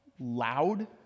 Loud